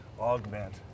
augment